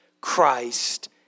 Christ